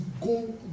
go